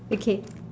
okay